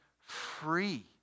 free